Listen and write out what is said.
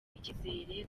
icyizere